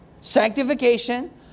Sanctification